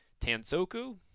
Tansoku